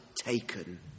taken